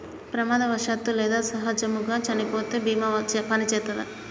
ప్రమాదవశాత్తు లేదా సహజముగా చనిపోతే బీమా పనిచేత్తదా?